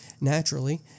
Naturally